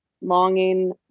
longing